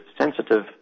sensitive